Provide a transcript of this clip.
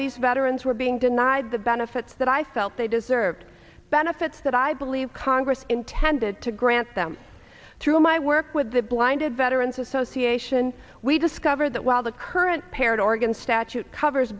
these veterans were being denied the benefits that i felt they deserved benefits that i believe congress intended to grant them through my work with the blinded veterans association we discovered that while the current pared oregon statute covers